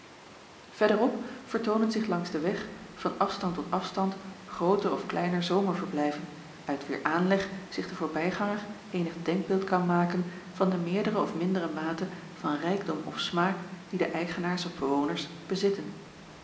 op vertoonen zich langs den weg van afstand tot afstand grooter of kleiner zomerverblijven uit wier aanleg zich de voorbijganger eenig denkbeeld kan maken van de meerdere of mindere mate van rijkdom of smaak die de eigenaars of bewoners bezitten